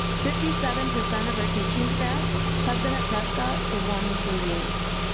fifty seven percent of our teaching staff have been at prescott for one to three years.